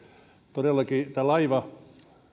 todellakin laivatilauksethan